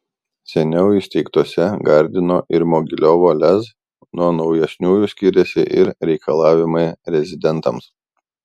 seniau įsteigtose gardino ir mogiliovo lez nuo naujesniųjų skiriasi ir reikalavimai rezidentams